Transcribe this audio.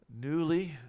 newly